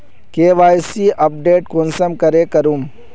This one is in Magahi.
के.वाई.सी अपडेट कुंसम करे करूम?